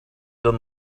done